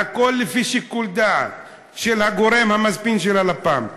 והכול לפי שיקול דעת של הגורם המזמין של הלפ"מ.